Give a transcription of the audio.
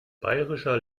bayerischer